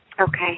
Okay